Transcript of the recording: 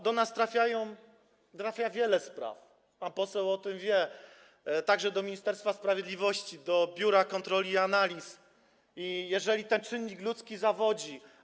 Do nas trafia wiele spraw, pan poseł o tym wie, także do Ministerstwa Sprawiedliwości, do biura kontroli i analiz, i jeżeli ten czynnik ludzki zawodzi.